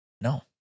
no